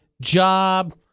job